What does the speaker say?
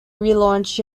relaunched